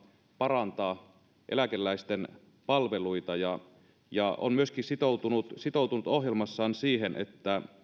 parantaa eläkeläisten palveluita ja on myöskin sitoutunut sitoutunut ohjelmassaan siihen että